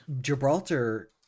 Gibraltar